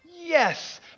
Yes